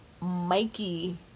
Mikey